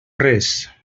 res